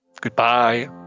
Goodbye